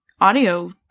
audio